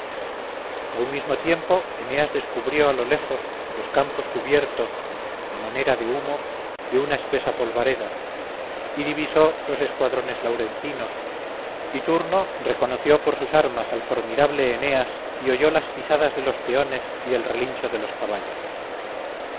a un tiempo mismo eneas descubrió a los lejos los campos cubiertos a manera de humo de una espesa polvareda y divisó los escuadrones laurentinos y turno reconoció por sus armas al formidable eneas y oyó las pisadas de los peones y el relincho de los caballos